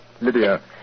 Lydia